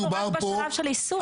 אנחנו רק בשלב של יישום.